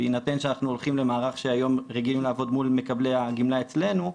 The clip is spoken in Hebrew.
בהינתן שאנחנו הולכים למערך שהיום רגילים לעבוד מול מקבלי הגמלה אצלנו,